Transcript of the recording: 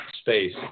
space